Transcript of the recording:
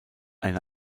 eine